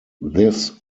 this